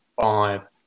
five